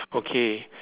okay